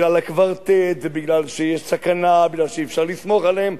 בגלל הקוורטט ומכיוון שיש סכנה ומכיוון שאי-אפשר לסמוך עליהם,